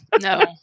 No